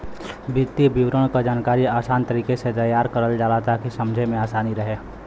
वित्तीय विवरण क जानकारी आसान तरीके से तैयार करल जाला ताकि समझे में आसानी रहे